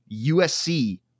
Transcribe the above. USC